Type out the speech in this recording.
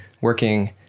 working